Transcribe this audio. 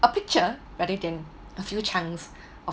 a picture rather than a few chunks of